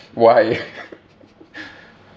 why